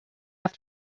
have